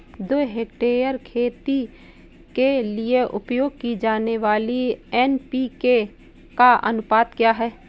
दो हेक्टेयर खेती के लिए उपयोग की जाने वाली एन.पी.के का अनुपात क्या है?